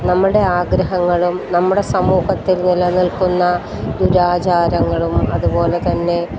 നമ്മുടെ ആഗ്രഹങ്ങളും നമ്മുടെ സമൂഹത്തിൽ നിലനിൽക്കുന്ന ദുരാചാരങ്ങളും അതുപോലെത്തന്നെ